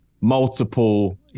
multiple